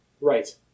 Right